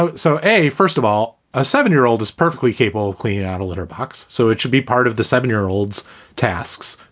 so so a first of all, a seven year old is perfectly capable of cleaning out a litter box. so it should be part of the seven year olds tasks.